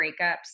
breakups